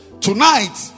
Tonight